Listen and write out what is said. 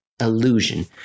Illusion